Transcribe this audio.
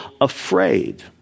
afraid